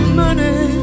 money